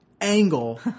angle